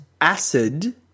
acid